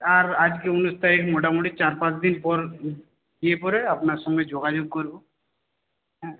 আর আজকে উনিশ তারিখ মোটামুটি চার পাঁচদিন পর গিয়ে পরে আপনার সঙ্গে যোগাযোগ করব হ্যাঁ